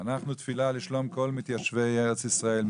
אנחנו תפילה לשלום כל מתיישבי ארץ ישראל,